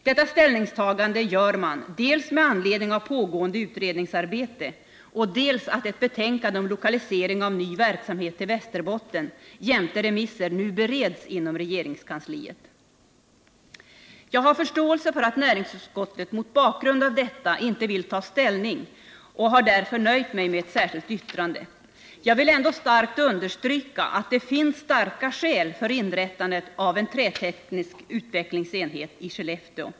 Detta ställningstagande gör man dels med anledning av pågående utredningsarbete, dels därför att ett betänkande, Lokalisering av ny verksamhet till Västerbotten, jämte remisser nu bereds inom regeringskansliet. Jag har förståelse för att näringsutskottet mot bakgrund av detta inte vill ta ställning och har därför nöjt mig med ett särskilt yttrande. Jag vill ändå starkt understryka att det finns starka skäl för inrättande av en träteknisk utvecklingsenhet i Skellefteå.